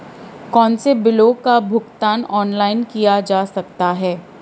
कौनसे बिलों का भुगतान ऑनलाइन किया जा सकता है?